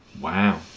Wow